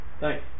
Thanks